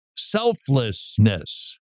Selflessness